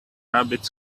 rabbit